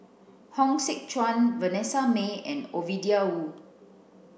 Hong Sek Chern Vanessa Mae and Ovidia Yu